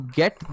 get